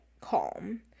calm